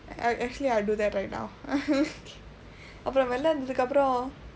I actually I'll do that right now அப்பறம் வெளியே வந்ததுக்கு அப்புறம்:apparam veliyee vandthathukku appuram